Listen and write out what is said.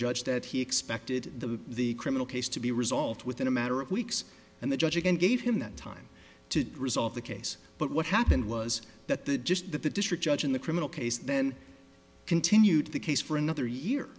judge that he expected the the criminal case to be resolved within a matter of weeks and the judge again gave him that time to resolve the case but what happened was that the just that the district judge in the criminal case then continued the case for another year